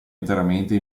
interamente